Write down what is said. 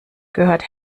gehört